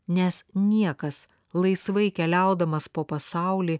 nes niekas laisvai keliaudamas po pasaulį